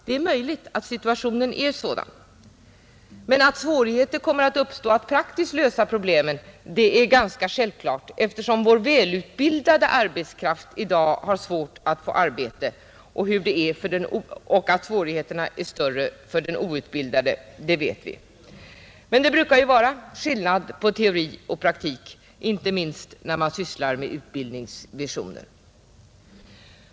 Det är möjligt att situationen är sådan. Men att svårigheterna kommer att bestå att praktiskt lösa problemen är ganska självklart, eftersom vår välutbildade arbetskraft i dag har svårt att få arbete. Att svårigheterna är större för den outbildade arbetskraften vet vi. Men det brukar ju vara skillnad på teori och praktik, inte minst när man sysslar med utbildningsvisioner.